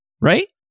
Right